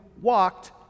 walked